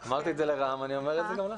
אמרתי את זה לרם בן ברק ואני אומר את זה גם לך.